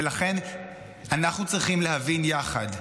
ולכן אנחנו צריכים להבין יחד,